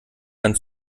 kann